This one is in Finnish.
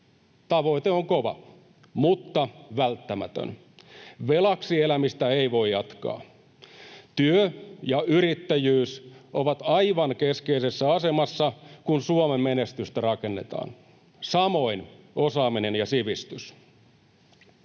Tavoite on kova, mutta välttämätön. Velaksi elämistä ei voi jatkaa. Työ ja yrittäjyys ovat aivan keskeisessä asemassa, kun Suomen menestystä rakennetaan — samoin osaaminen ja sivistys.